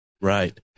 Right